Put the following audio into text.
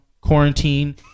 quarantine